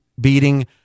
beating